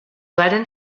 varen